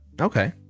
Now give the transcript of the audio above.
Okay